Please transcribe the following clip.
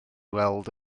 weld